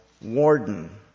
Warden